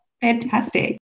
Fantastic